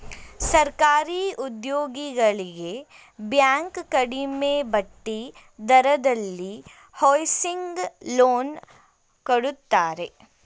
ಸರ್ಕಾರಿ ಉದ್ಯೋಗಿಗಳಿಗೆ ಬ್ಯಾಂಕ್ ಕಡಿಮೆ ಬಡ್ಡಿ ದರದಲ್ಲಿ ಹೌಸಿಂಗ್ ಲೋನ್ ಕೊಡುತ್ತಾರೆ